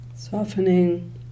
softening